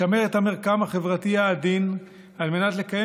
לשמר את המרקם החברתי העדין על מנת לקיים